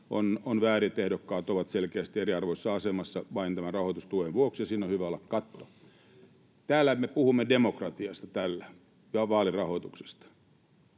On väärin, että ehdokkaat ovat selkeästi eriarvoisessa asemassa vain tämän rahoitustuen vuoksi, ja siinä on hyvä olla katto. Täällä me puhumme demokratiasta ja vaalirahoituksesta.